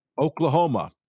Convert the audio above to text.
Oklahoma